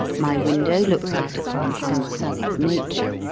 my window looks out upon unsullied nature.